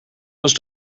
was